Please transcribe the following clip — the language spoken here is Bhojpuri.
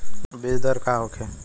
बीजदर का होखे?